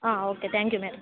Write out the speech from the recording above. ఆ okay thank you madam